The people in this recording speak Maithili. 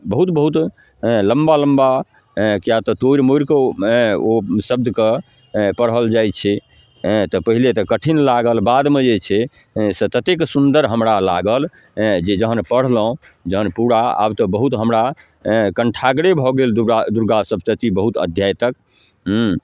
बहुत बहुत हेँ लम्बा लम्बा हेँ किएक तऽ तोड़ि मोड़िकऽ ओ हेँ ओ शब्दके हेँ पढ़ल जाइ छै हेँ तऽ पहिले तऽ कठिन लागल बादमे जे छै ततेक सुन्दर हमरा लागल हेँ जे जहन पढ़लहुँ जहन पूरा आब तऽ बहुत हमरा हेँ कण्ठाग्रे भऽ गेल दुगा दुर्गा सप्तशती बहुत अध्याय तक हूँ